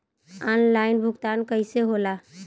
Online भुगतान कईसे होला?